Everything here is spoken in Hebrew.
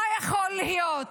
מה יכול להיות?